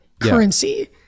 currency